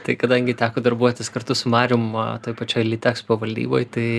tai kadangi teko darbuotis kartu su marium toj pačioj litekspo valdyboj tai